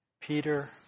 Peter